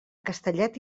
castellet